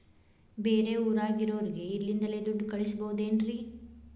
ಬೇರೆ ಊರಾಗಿರೋರಿಗೆ ಇಲ್ಲಿಂದಲೇ ದುಡ್ಡು ಕಳಿಸ್ಬೋದೇನ್ರಿ?